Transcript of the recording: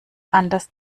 anders